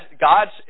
God's